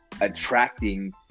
attracting